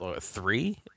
Three